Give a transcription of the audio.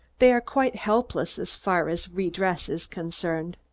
they are quite helpless as far as redress is concerned.